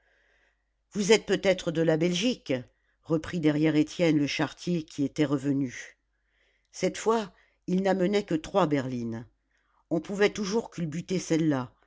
vous êtes peut-être de la belgique reprit derrière étienne le charretier qui était revenu cette fois il n'amenait que trois berlines on pouvait toujours culbuter celles-là